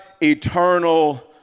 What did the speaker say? eternal